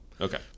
okay